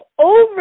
over